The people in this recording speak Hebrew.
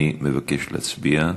אני מבקש להצביע.